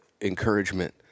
encouragement